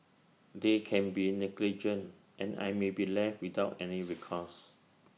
they can be negligent and I may be left without any recourse